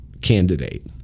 candidate